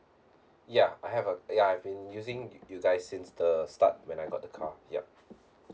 ya I have a ya I've been using you guys since the start when I got the car yup